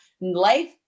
life